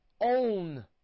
own